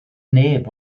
neb